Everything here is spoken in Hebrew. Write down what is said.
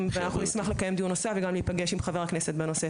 נשמח לקיים דיון נוסף וגם להיפגש עם חבר הכנסת בנושא,